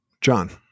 John